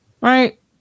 right